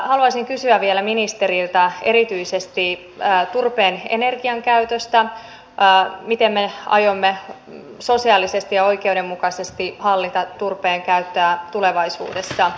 haluaisin kysyä vielä ministeriltä erityisesti turpeen energiakäytöstä miten me aiomme sosiaalisesti ja oikeudenmukaisesti hallita turpeen käyttöä tulevaisuudessa